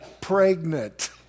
pregnant